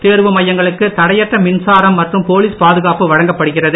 தேர்வு மையங்களுக்கு தடையற்ற மின்சாரம் மற்றும் போலீஸ் பாதுகாப்பு வழங்கப்படுகிறது